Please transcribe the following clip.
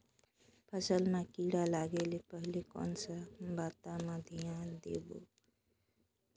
फसल मां किड़ा लगे ले पहले कोन सा बाता मां धियान देबो?